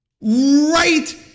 right